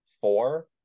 four